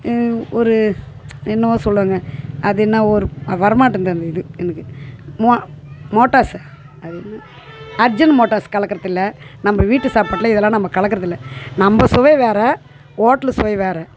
ஒரு என்னவோ சொல்வாங்க அது என்ன ஒரு வரமாட்டேன்து அந்த இது எனக்கு மோட்டாசு அது இது அஜினமோட்டாஸ் கலக்கறதில்லை நம்ப வீட்டு சாப்பாட்டில் இதல்லாம் நம்ம கலக்கறதில்லை அந்த சுவை வேறு ஓட்டலு சுவை வேறு